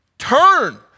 Turn